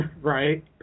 Right